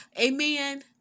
amen